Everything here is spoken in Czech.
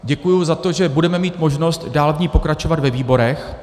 Děkuju za to, že budeme mít možnost dál v ní pokračovat ve výborech.